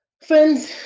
Friends